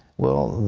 well,